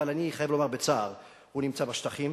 אבל אני חייב לומר בצער: הוא נמצא בשטחים.